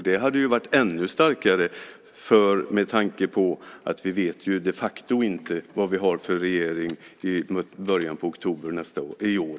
Det hade också varit starkare med tanke på att vi de facto inte vet vad vi har för regering i början på oktober detta år.